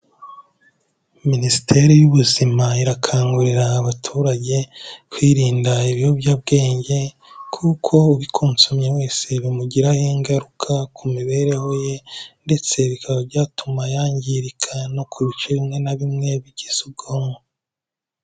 Minisiteri y'Ubuzima irakangurira abaturage, kwirinda ibiyobyabwenge kuko ubikunsomye wese bimugiraho ingaruka ku mibereho ye ndetse bikaba byatuma yangirika no ku bice bimwe na bimwe bigize ubwonko.